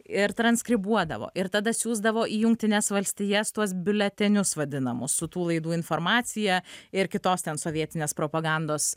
ir transkribuodavo ir tada siųsdavo į jungtines valstijas tuos biuletenius vadinamus su tų laidų informacija ir kitos ten sovietinės propagandos